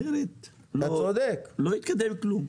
אחרת לא יתקדם כלום.